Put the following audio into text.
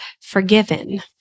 forgiven